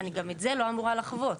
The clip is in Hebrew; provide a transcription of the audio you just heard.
זה משהו שאני לא אמורה לחוות.